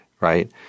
right